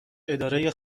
اداره